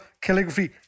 Calligraphy